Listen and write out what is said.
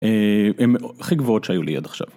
הם הכי גבוהות שהיו לי עד עכשיו.